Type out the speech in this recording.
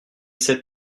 cet